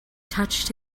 touched